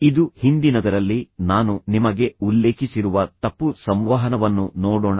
ಇದು ಹಿಂದಿನದರಲ್ಲಿ ನಾನು ನಿಮಗೆ ಉಲ್ಲೇಖಿಸಿರುವ ತಪ್ಪು ಸಂವಹನವನ್ನು ನೋಡೋಣ